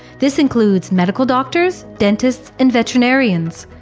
this includes medical doctors, dentists, and veterinarians.